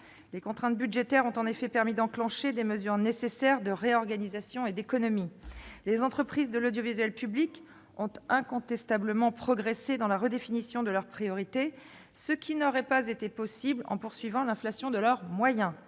Les contraintes budgétaires ont en effet permis d'enclencher des mesures nécessaires de réorganisation et d'économie. Les entreprises de l'audiovisuel public ont incontestablement progressé dans la redéfinition de leurs priorités, ce qui n'aurait pas été possible si l'inflation de leurs moyens